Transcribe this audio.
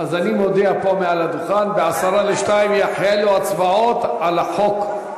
אז אני מודיע מעל הדוכן: ב-01:50 יחלו ההצבעות על החוק,